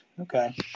Okay